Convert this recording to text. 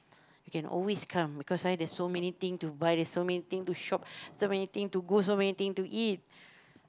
you can always come because why there is so many things to buy so many things to shop so many things to go so many things to eat